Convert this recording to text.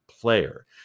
player